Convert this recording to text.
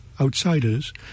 outsiders